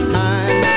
time